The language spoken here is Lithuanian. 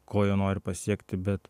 ko jie nori pasiekti bet